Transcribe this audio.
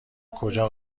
کجا